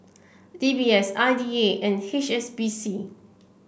D B S I D A and H S B C